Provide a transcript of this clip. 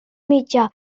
mitjà